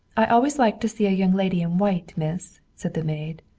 i always like to see a young lady in white, miss, said the maid.